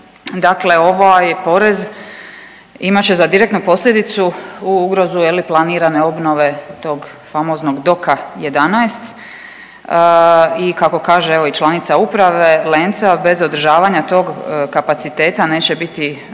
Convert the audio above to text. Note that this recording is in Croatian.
Dakle, ovaj porez imat će za direktnu posljedicu ugrozu je li planirane obnove tog famoznog Doka 11 i kako kaže evo članica uprave Lenca bez održavanja tog kapaciteta neće biti,